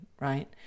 right